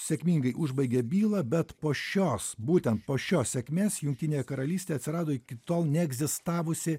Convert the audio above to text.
sėkmingai užbaigė bylą bet po šios būtent po šios sėkmės jungtinėje karalystėje atsirado iki tol neegzistavusi